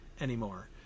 anymore